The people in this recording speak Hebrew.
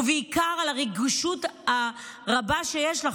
ובעיקר על הרגישות הרבה שיש לך,